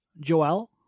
Joel